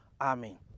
Amen